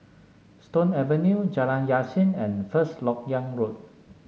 Stone Avenue Jalan Yasin and First LoK Yang Road